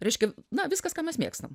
reiškia na viskas ką mes mėgstam